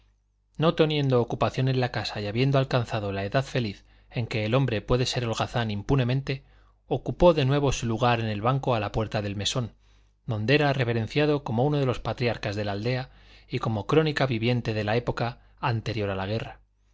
no teniendo ocupación en la casa y habiendo alcanzado la edad feliz en que el hombre puede ser holgazán impunemente ocupó de nuevo su lugar en el banco a la puerta del mesón donde era reverenciado como uno de los patriarcas de la aldea y como crónica viviente de la época anterior a la guerra